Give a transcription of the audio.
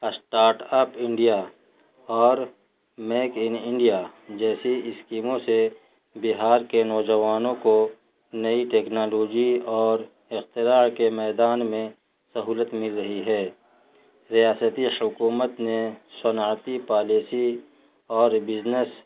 start up India اور make in India جیسی اسکیموں سے بہار کے نوجوانوں کو نئی ٹیکنالوجی اور اختراع کے میدان میں سہولت مل رہی ہے ریاستی حکومت نے صنعتی پالیسی اور بزنس